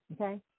Okay